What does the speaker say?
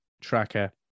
tracker